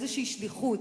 באיזו שליחות.